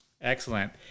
Excellent